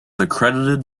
accredited